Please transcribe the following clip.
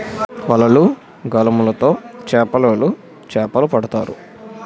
వలలు, గాలములు తో చేపలోలు చేపలు పడతారు